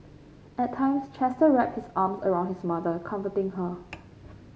at times Chester wrap his arms around his mother comforting her